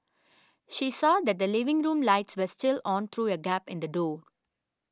she saw that the living room lights were still on through a gap in the door